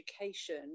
education